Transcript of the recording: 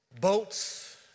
Boats